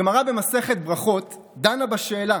הגמרא במסכת ברכות דנה בשאלה